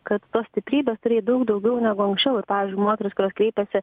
kad tos stiprybės turėjai daug daugiau negu anksčiau ir pavyzdžiui moterys kurios kreipiasi